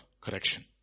correction